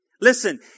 Listen